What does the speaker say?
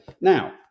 Now